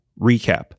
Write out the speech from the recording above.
recap